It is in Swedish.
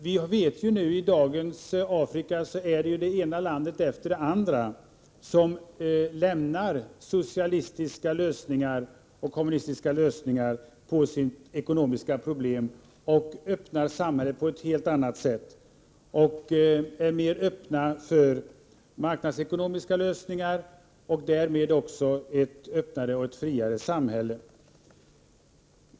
Vi vet att det ena landet efter det andra i dagens Afrika lämnar socialistiska och kommunistiska lösningar på sina ekonomiska problem. De är nu mer öppna för marknadsekonomiska lösningar och får därmed också ett öppnare och friare samhälle.